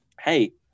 Hey